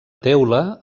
teula